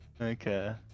Okay